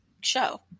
show